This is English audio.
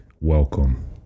welcome